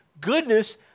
goodness